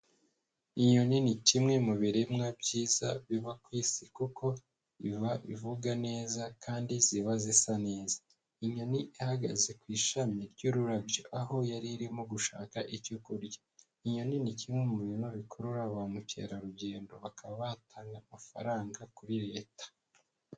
Inyoni ni kimwe mu biremwa byiza biva ku Isi, kuko iba ivuga neza kandi ziba zisa neza, inyoni ihagaze ku ishami ry'ururabyo aho yari irimo gushaka icyo kurya, inyoni ni kimwe mu bintu bikurura ba mukerarugendo bakaba batangaya amafaranga kuri Leta.